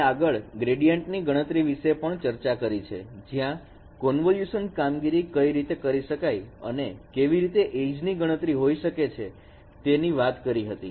અમે આગળ gradient ગણતરી વિશે પણ ચર્ચા કરી છે જ્યાં convulsion કામગીરી કઈ રીતે કરી શકાય અને કેવી રીતે edge ની ગણતરી હોઈ શકે છે તેની વાત કરી હતી